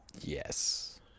Yes